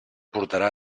portarà